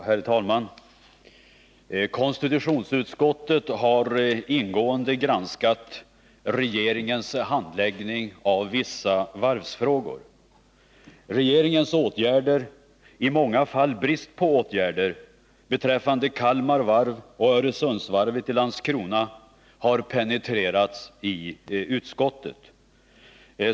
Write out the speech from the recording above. Herr talman! Konstitutionsutskottet har ingående granskat regeringens handläggning av vissa varvsfrågor. Regeringens åtgärder, i många fall brist på åtgärder, beträffande Kalmar Varv och Öresundsvarvet i Landskrona har penetrerats i utskottet.